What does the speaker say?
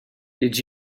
did